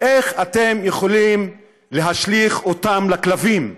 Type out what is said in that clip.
איך אתם יכולים להשליך אותם לכלבים,